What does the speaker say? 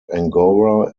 angora